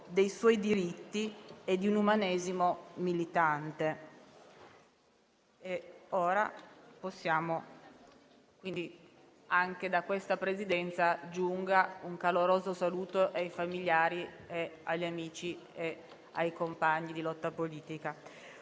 dei suoi diritti e di un umanesimo militante.